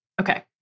Okay